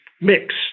mix